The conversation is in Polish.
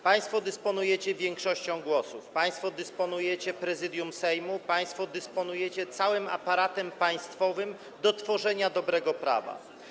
Państwo dysponujecie większością głosów, państwo dysponujecie Prezydium Sejmu, państwo dysponujecie całym aparatem państwowym do tworzenia dobrego prawa.